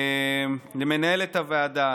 למנהלת הוועדה,